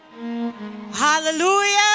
hallelujah